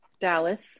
Dallas